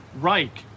Reich